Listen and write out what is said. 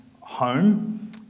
home